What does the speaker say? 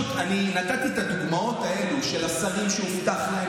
נתתי את הדוגמאות האלה של השרים שהובטח להם,